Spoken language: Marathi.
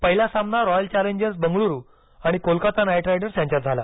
पहिला सामना रॉयल चॅलेंजर्स बंगळूरू आणि कोलकाता नाइट राइडर्स यांच्यात झाला